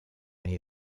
may